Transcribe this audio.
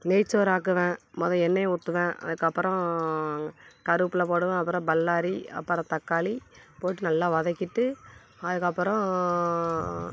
நெய் சோறு ஆக்குவேன் மொதல் எண்ணெயை ஊற்றுவேன் அதுக்கு அப்புறம் கருவேப்பிலை போடுவேன் அப்புறம் பல்லாரி அப்புறம் தக்காளி போட்டு நல்லா வதைக்கிட்டு அதுக்கப்புறம்